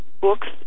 books